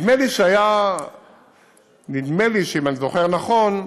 נדמה לי, אם אני זוכר נכון,